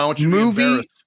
Movie